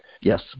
Yes